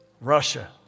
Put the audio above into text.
Russia